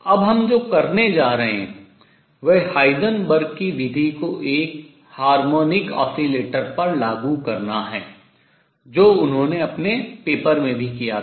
अब हम जो करने जा रहे हैं वह हाइजेनबर्ग की विधि को एक हार्मोनिक ऑसिलेटर पर लागू करना है जो उन्होंने अपने पेपर में भी किया था